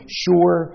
sure